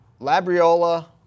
Labriola